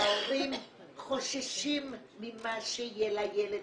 ההורים חוששים ממה שיהיה לילד.